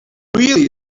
really